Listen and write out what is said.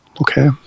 Okay